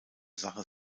sache